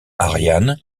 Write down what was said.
ariane